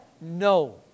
No